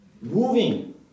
moving